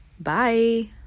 Bye